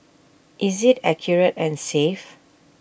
is IT accurate and safe